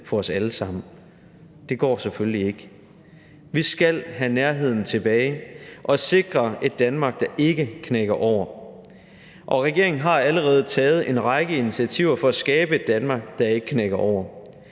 for os alle sammen. Det går selvfølgelig ikke. Vi skal have nærheden tilbage og sikre et Danmark, der ikke knækker over, og regeringen har allerede taget en række initiativer for at skabe et Danmark, der ikke knækker over.